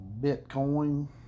Bitcoin